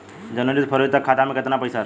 जनवरी से फरवरी तक खाता में कितना पईसा रहल?